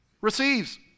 Receives